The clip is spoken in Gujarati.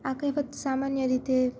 આ કહેવત સામાન્ય રીતે